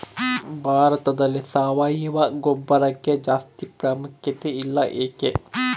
ಭಾರತದಲ್ಲಿ ಸಾವಯವ ಗೊಬ್ಬರಕ್ಕೆ ಜಾಸ್ತಿ ಪ್ರಾಮುಖ್ಯತೆ ಇಲ್ಲ ಯಾಕೆ?